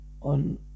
on